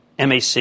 MAC